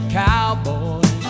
cowboy